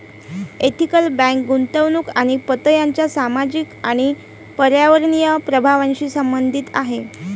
ethical bank गुंतवणूक आणि पत यांच्या सामाजिक आणि पर्यावरणीय प्रभावांशी संबंधित आहे